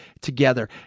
together